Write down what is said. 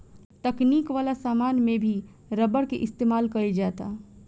तकनीक वाला समान में भी रबर के इस्तमाल कईल जाता